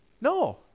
No